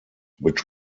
which